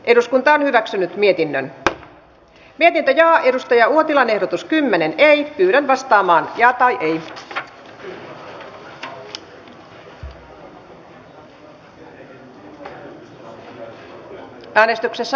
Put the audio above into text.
eduskunta edellyttää että työllisyysmäärärahoja ja starttirahoja on lisättävä riittävästi jotta niiden saatavuus vuoden aikana ei vaarannu